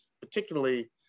particularly